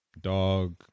Dog